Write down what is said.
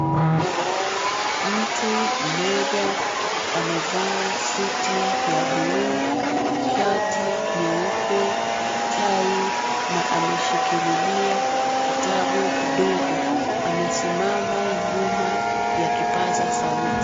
Mtu mmoja amevaa suti ya buluu, shati nyeupe, tai na ameshikililia kitabu kidogo. Amesimama nyuma ya kipaza sauti.